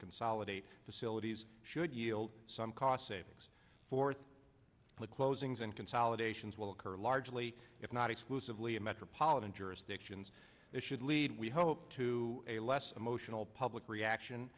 consolidate facilities should yield some cost savings for the closings and consolidations will occur largely if not exclusively in metropolitan jurisdictions and should lead we hope to a less emotional public reaction